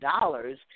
dollars